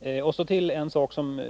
Jag vill övergå till en sak som